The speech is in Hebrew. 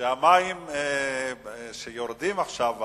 המים שיורדים עכשיו,